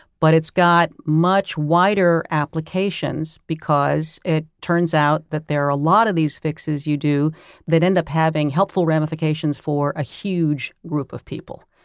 but it's got much wider applications because it turns out that there are a lot of these fixes you do that end up having helpful ramifications for a huge group of people.